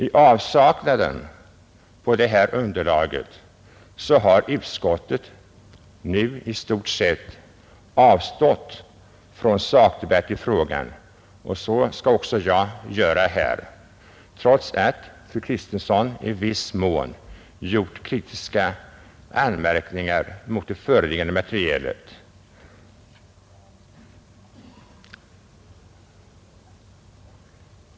I avsaknad av detta underlag har utskottet nu i stort sett avstått från sakdebatt i frågan, och det skall också jag göra här, trots att fru Kristensson i viss mån gjort kritiska anmärkningar mot det föreliggande materialet.